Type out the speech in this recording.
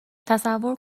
تصور